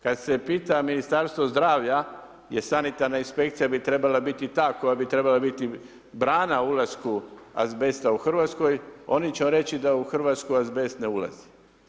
Kada se pita Ministarstvo zdravlja jer sanitarna inspekcija bi trebala biti ta koja bi trebala biti brana ulasku azbesta u Hrvatskoj, oni će vam reći da u Hrvatsku azbest ne ulazi.